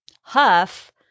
Huff